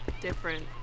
different